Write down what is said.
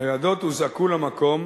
ניידות הוזעקו למקום,